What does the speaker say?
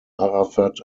arafat